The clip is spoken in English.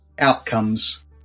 outcomes